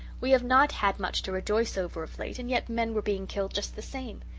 we have not had much to rejoice over of late and yet men were being killed just the same.